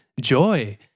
joy